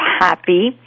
Happy